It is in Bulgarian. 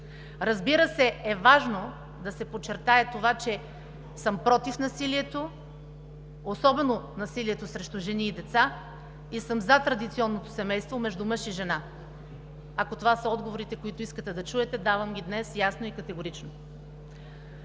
Разбира се, важно е да се подчертае това, че съм против насилието, особено насилието срещу жени и деца, и съм за традиционното семейство между мъж и жена. Ако това са отговорите, които искате да чуете, давам ги днес ясно и категорично.